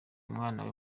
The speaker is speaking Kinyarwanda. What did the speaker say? umwana